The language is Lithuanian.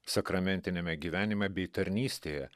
sakramentiniame gyvenime bei tarnystėje